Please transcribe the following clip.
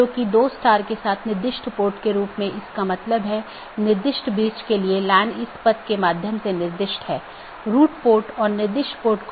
क्योंकि जब यह BGP राउटर से गुजरता है तो यह जानना आवश्यक है कि गंतव्य कहां है जो NLRI प्रारूप में है